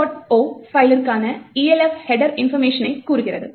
o பைலிற்கான Elf header இன்பர்மேஷனை கூறுகிறது